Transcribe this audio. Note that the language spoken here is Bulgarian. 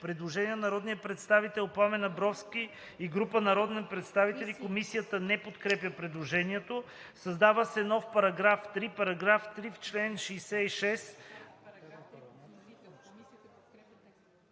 Предложение на народния представител Пламен Абровски и група народни представители. Комисията не подкрепя предложението. Създава се нов § 3: „§ 3. В чл. 66